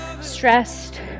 stressed